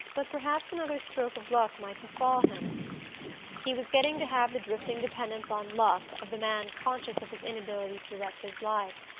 but perhaps another stroke of luck might befall him he was getting to have the drifting dependence on luck of the man conscious of his inability to direct his life.